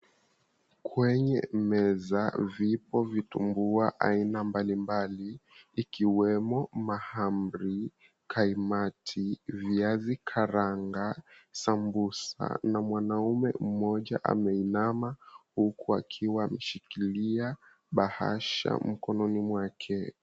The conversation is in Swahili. Kwenye meza vipo vitumbua vya aina mbalimbali ikiwemo mahamri, kaimati, viazi karanga, sambusa na mwanaume mmoja ameinama huku akiwa ameshikilia bahasha mkononi mwake.